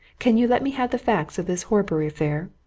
can you let me have the facts of this horbury affair?